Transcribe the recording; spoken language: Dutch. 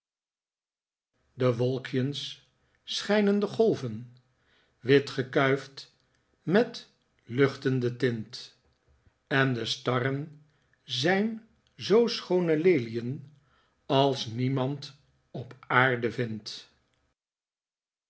de wolkjens schijnen de golven witgekuifd met luchtende tint en de starren zijn zoo schoone lelien als niemand op aarde vindt